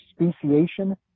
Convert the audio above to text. speciation